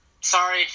sorry